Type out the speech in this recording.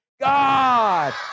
God